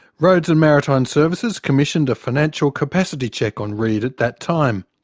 roads and maritime services commissioned a financial capacity check on reed at that time.